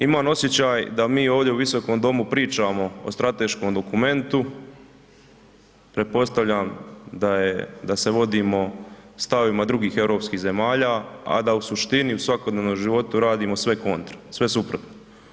Iman osjećaj da mi ovdje u visokom domu pričamo o strateškom dokumentu, pretpostavljam da je, da se vodimo stavovima drugih europskih zemalja, a da u suštini u svakodnevnom životu radimo sve kontra, sve suprotno.